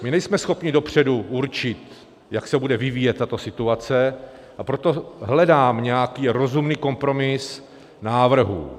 My nejsme schopni dopředu určit, jak se bude vyvíjet tato situace, a proto hledám nějaký rozumný kompromis návrhů.